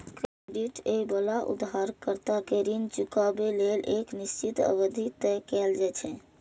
credit लए बला उधारकर्ता कें ऋण चुकाबै लेल एक निश्चित अवधि तय कैल जाइ छै